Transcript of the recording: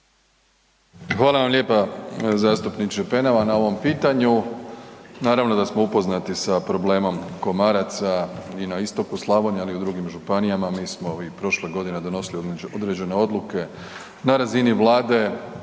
Hvala vam lijepa zastupniče Penava na ovom pitanju. Naravno da smo upoznati sa problemom komaraca i na istoku Slavonije, ali i u drugim županijama. Mi smo i prošle godine donosili određene odluke na razini Vlade,